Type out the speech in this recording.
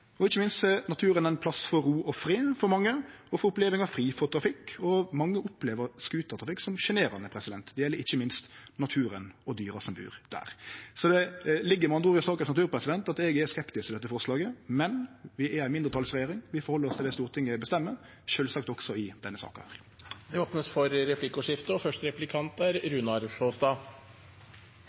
og skiløyper, og ikkje minst er naturen for mange ein plass for ro og fred og for opplevingar fri for trafikk, og mange opplever scootertrafikk som sjenerande. Det gjeld ikkje minst naturen og dyra som bur der. Det ligg med andre ord i sakens natur at eg er skeptisk til dette forslaget. Men vi er ei mindretalsregjering. Vi held oss til det som Stortinget bestemmer, og sjølvsagt også i denne saka. Det blir replikkordskifte. Vi ser at det vi behandler i dag, ikke er